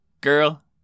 Girl